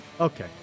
Okay